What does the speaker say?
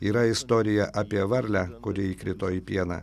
yra istorija apie varlę kuri įkrito į pieną